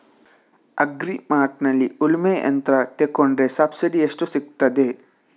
Agri ಮಾರ್ಟ್ನಲ್ಲಿ ಉಳ್ಮೆ ಯಂತ್ರ ತೆಕೊಂಡ್ರೆ ಸಬ್ಸಿಡಿ ಎಷ್ಟು ಸಿಕ್ತಾದೆ?